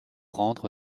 rendre